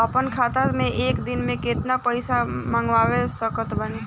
अपना खाता मे एक दिन मे केतना पईसा मँगवा सकत बानी?